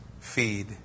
Feed